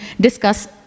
discuss